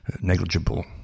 negligible